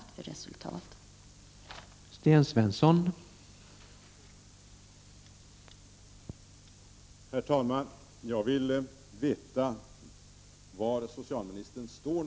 24 november 1989